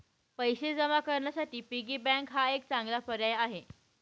पैसे जमा करण्यासाठी पिगी बँक हा एक चांगला पर्याय आहे